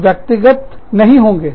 हम व्यक्तिगत नहीं होंगे